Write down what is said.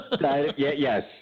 Yes